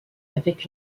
avec